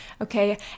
okay